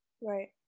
Right